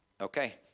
Okay